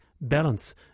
Balance